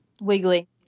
wiggly